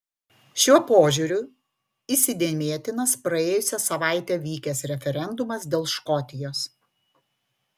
šiuo požiūriu įsidėmėtinas praėjusią savaitę vykęs referendumas dėl škotijos